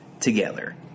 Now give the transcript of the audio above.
together